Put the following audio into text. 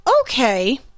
okay